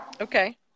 Okay